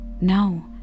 No